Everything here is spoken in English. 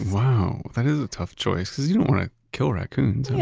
wow, that is a tough choice because you don't want to kill raccoons, yeah